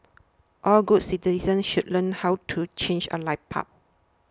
all good citizens should learn how to change a light bulb